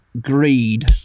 greed